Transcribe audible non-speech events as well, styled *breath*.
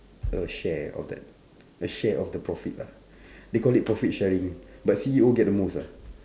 a share of that a share of the profit lah *breath* they call it profit sharing but C_E_O get the most lah